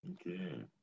Okay